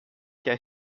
quer